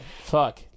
Fuck